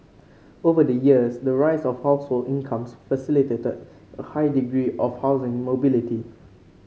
over the years the rise of household incomes facilitated a high degree of housing mobility